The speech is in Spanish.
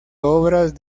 obras